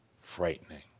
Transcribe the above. frightening